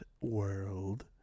world